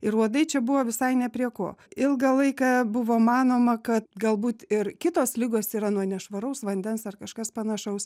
ir uodai čia buvo visai ne prie ko ilgą laiką buvo manoma kad galbūt ir kitos ligos yra nuo nešvaraus vandens ar kažkas panašaus